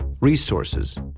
resources